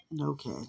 okay